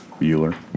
Bueller